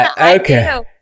Okay